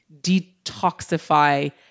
detoxify